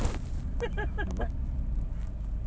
aku rasa aku tak pernah aku tak pernah rasa Yole like